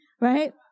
right